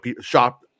shop